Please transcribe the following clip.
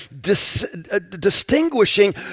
distinguishing